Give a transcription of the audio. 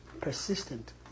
persistent